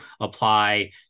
apply